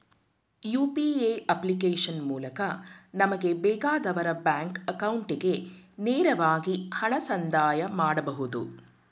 UPA application ಮೂಲಕ ನಮಗೆ ಬೇಕಾದವರ ಬ್ಯಾಂಕ್ ಅಕೌಂಟಿಗೆ ನೇರವಾಗಿ ಹಣ ಸಂದಾಯ ಮಾಡಬಹುದು